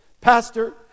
Pastor